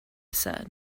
said